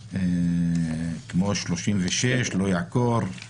כמו סעיף 36: לא יעקור,